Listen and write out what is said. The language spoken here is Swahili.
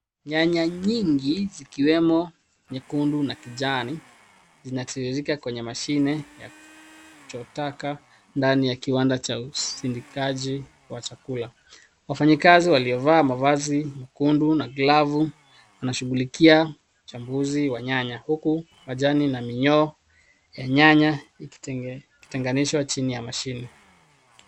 Nyanya nyingi zikiwemo nyekundu na kijani zinatiririka kwenye mashine zinataka ndani ya kiwanda cha [usindikaji] wa chakula ,wafanyikazi waliovaa mavazi mekundu na glavu wanashugulikia uchambuzi wa nayanya huku majani na minyoo ya nyanya ikiteganishwa chini ya mashine.